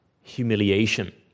humiliation